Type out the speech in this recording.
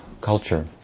culture